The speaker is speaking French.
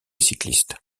cyclistes